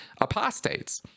apostates